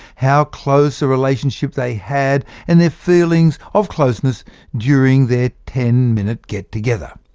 how close a relationship they had, and their feelings of closeness during their ten minute get-together.